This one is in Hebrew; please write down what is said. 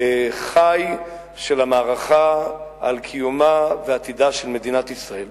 חי של המערכה על קיומה ועתידה של מדינת ישראל.